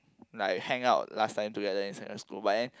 like hang out last time together in secondary school but then